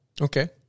Okay